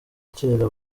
kera